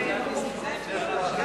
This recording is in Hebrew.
מועדים לתשלום באמצעות הרשאה לחיוב חשבון),